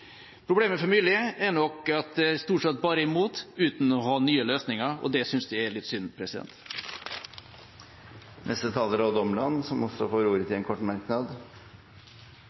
imot, uten å ha nye løsninger. Det synes jeg er litt synd. Representanten Odd Omland har hatt ordet to ganger tidligere og får ordet til en kort merknad,